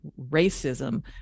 racism